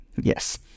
Yes